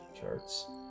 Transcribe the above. charts